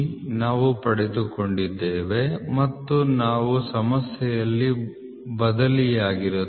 ನಾವು ಪಡೆದುಕೊಂಡಿದ್ದೇವೆ ಮತ್ತು ನಾವು ಸಮಸ್ಯೆಯಲ್ಲಿ ಬದಲಿಯಾಗಿರುತ್ತೇವೆ